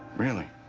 really,